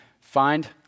find